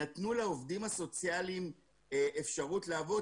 נתנו לעובדים הסוציאליים אפשרות לעבוד